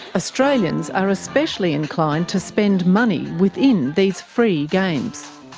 australians are especially inclined to spend money within these free games.